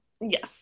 yes